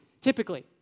typically